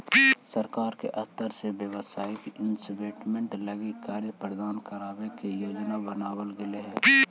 सरकार के स्तर से व्यापारिक इन्वेस्टमेंट लगी कर्ज प्रदान करावे के योजना बनावल गेले हई